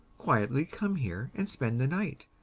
quietly, come here and spend the night,